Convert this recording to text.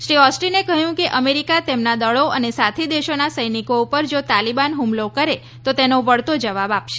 શ્રી ઓસ્ટીને કહ્યું કે અમેરિકા તેમના દળો અને સાથી દેશોના સૈનિકો ઉપર જો તાલીબાન ફ્રમલો કરે તો તેનો વળતો જવાબ આપશે